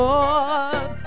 Lord